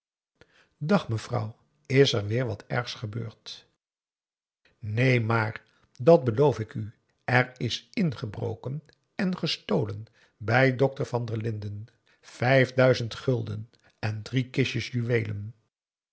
dag mevrouw is er weer wat ergs gebeurd neen maar dat beloof ik u er is ingebroken en gestolen bij dokter van der linden vijf duizend gulden en drie kistjes